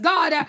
God